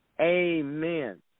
Amen